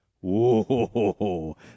Whoa